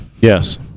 Yes